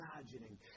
imagining